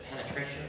penetration